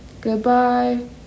Goodbye